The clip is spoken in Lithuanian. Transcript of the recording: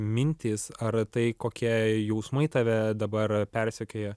mintys ar tai kokie jausmai tave dabar persekioja